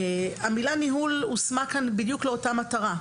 המילה "ניהול" הושמה כאן בדיוק לאותה המטרה.